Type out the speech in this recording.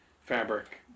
fabric